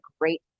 great